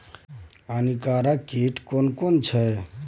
हानिकारक कीट केना कोन छै?